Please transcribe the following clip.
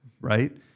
right